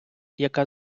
яка